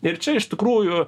ir čia iš tikrųjų